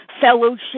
fellowship